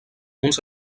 uns